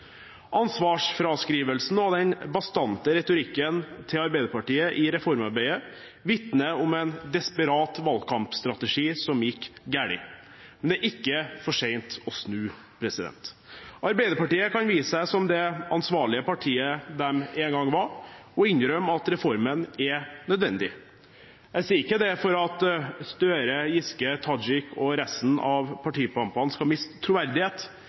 Ansvarsfraskrivelsen og den bastante retorikken til Arbeiderpartiet i reformarbeidet vitner om en desperat valgkampstrategi som gikk galt. Men det er ikke for sent å snu. Arbeiderpartiet kan vise seg som det ansvarlige partiet det en gang var, og innrømme at reformen er nødvendig. Jeg sier ikke det for at Gahr Støre, Giske, Tajik og resten av partipampene skal miste troverdighet,